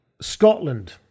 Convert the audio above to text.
Scotland